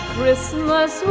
Christmas